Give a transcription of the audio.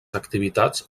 activitats